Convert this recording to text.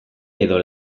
edo